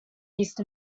east